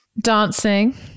Dancing